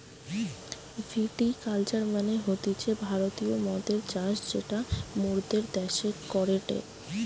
ভিটি culture মানে হতিছে ভারতীয় মদের চাষ যেটা মোরদের দ্যাশে করেটে